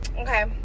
okay